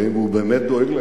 והוא באמת דואג להם.